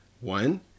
One